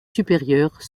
supérieurs